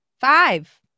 Five